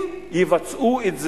אם יבצעו את זה,